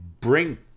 bring